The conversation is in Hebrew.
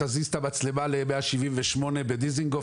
תזיז את המצלמה ל-178 דיזינגוף,